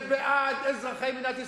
זה בעד אזרחי מדינת ישראל,